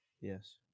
Yes